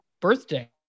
birthday